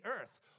earth